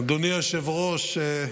אדוני היושב-ראש,